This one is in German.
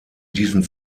diesen